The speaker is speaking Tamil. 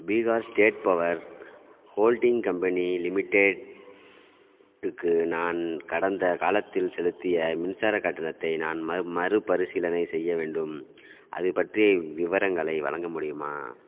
Bihar state power holding company லிமிட்டெடுக்கு நான் கடந்த காலத்தில் செலுத்திய மின்சார கட்டணத்தை நான் மறு மறுபரிசீலனை செய்ய வேண்டும் அது பற்றிய விவரங்களை வழங்க முடியுமா